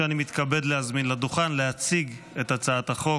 ואני מתכבד להזמין לדוכן להציג את הצעת החוק,